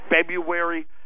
February